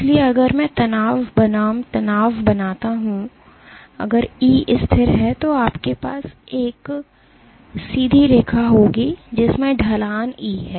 इसलिए अगर मैं तनाव बनाम तनाव बनाता हूं अगर E स्थिर है तो आपके पास एक सीधी रेखा होगी जिसमें ढलान E है